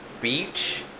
beach